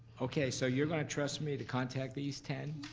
okay, so you're gonna trust me to contact these ten.